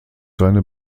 seine